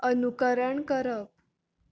अनुकरण करप